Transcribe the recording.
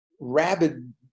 rabid